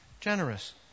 generous